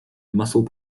muscle